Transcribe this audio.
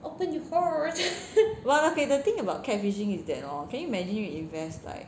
ah okay the thing about catfishing is that hor can you imagine you invest like